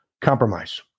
compromise